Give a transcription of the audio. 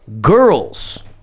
girls